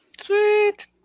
Sweet